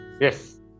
Yes